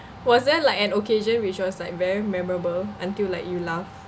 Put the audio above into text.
was there like an occasion which was like very memorable until like you laugh